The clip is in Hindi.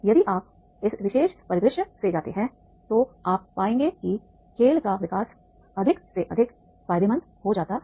यदि आप इस विशेष परिदृश्य से जाते हैं तो आप पाएंगे कि खेल का विकास अधिक से अधिक फायदेमंद हो जाता है